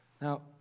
Now